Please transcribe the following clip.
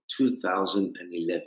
2011